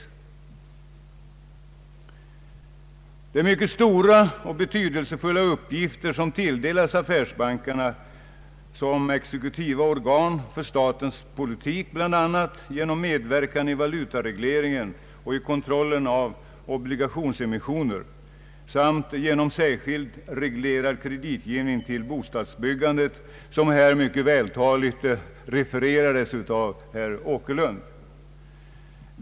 Det är mycket stora och betydelsefulla uppgifter som tilldelas affärsbankerna som exekutiva organ för statens politik bl.a. genom medverkan i valutaregleringen, vid kontrollen av obligationsemissioner samt genom särskilt reglerad kreditgivning till bostadsbyggandet. Detta har mycket vältaligt refererats av herr Åkerlund.